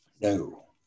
no